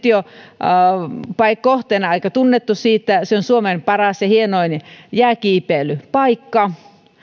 jo nyt kohteena aika tunnettu siitä että se on suomen paras ja hienoin jääkiipeilypaikka